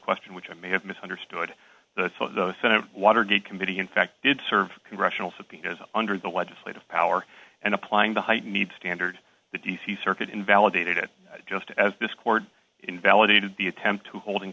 question which i may have misunderstood the senate watergate committee in fact did serve congressional subpoenas under the legislative power and applying the height need standard the d c circuit invalidated it just as this court invalidated the attempt to hold in